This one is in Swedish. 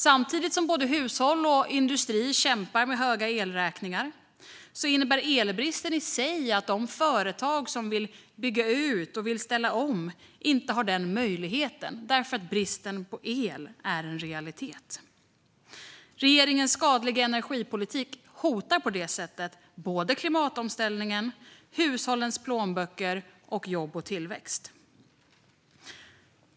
Samtidigt som både hushåll och industri kämpar med höga elräkningar innebär elbristen i sig att de företag som vill bygga ut och ställa om inte har den möjligheten eftersom bristen på el är en realitet. Regeringens skadliga energipolitik hotar på det sättet både klimatomställningen, hushållens plånböcker och jobb och tillväxt.